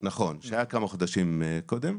כמה חודשים קודם,